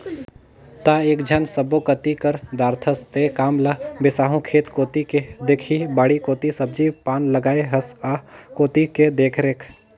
त एकेझन सब्बो कति कर दारथस तें काम ल बिसाहू खेत कोती के देखही बाड़ी कोती सब्जी पान लगाय हस आ कोती के देखरेख